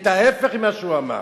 את ההיפך ממה שהוא אמר.